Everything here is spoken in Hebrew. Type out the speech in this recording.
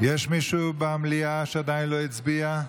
יש מישהו במליאה שעדיין לא הצביע?